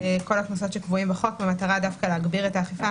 שקבועים בחוק במטרה להגביר את האכיפה.